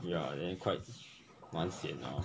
ya then quite 蛮 sian 的 hor